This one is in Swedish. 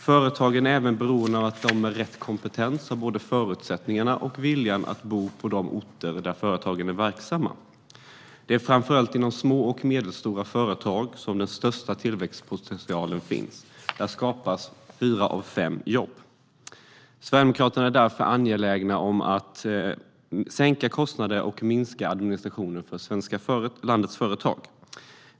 Företagen är även beroende av att de med rätt kompetens har både förutsättningarna och viljan att bo på de orter där företagen är verksamma. Det är framför allt inom små och medelstora företag som den största tillväxtpotentialen finns. Där skapas fyra av fem jobb. Sverigedemokraterna är därför angelägna om att sänka kostnader och minska administrationen för landets företag.